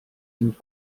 sind